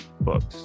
books